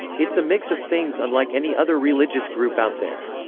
it's a mix of things unlike any other religious group out there.